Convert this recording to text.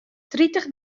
tritich